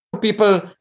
people